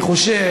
אני חושב,